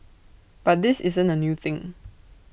but this isn't A new thing